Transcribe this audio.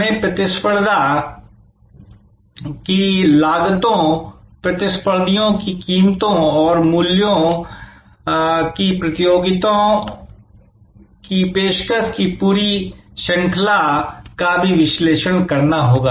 हमें प्रतिस्पर्धियों की लागतों प्रतिस्पर्धियों की कीमतों और प्रतियोगियों की पेशकश की पूरी श्रृंखला का भी विश्लेषण करना होगा